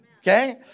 Okay